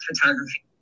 photography